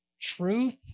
Truth